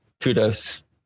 kudos